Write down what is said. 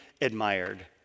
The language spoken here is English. admired